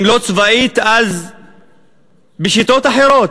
אם לא צבאית אז בשיטות אחרות,